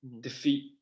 defeat